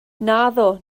naddo